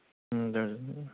dozen